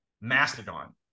Mastodon